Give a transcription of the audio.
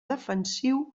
defensiu